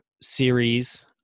series